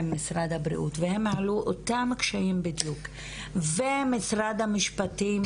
עם משרד הבריאות והם העלו אותם כשהם בדיון ומשרד המשפטים